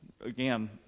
again